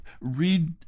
Read